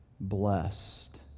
blessed